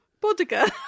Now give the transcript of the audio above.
Bodega